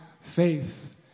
faith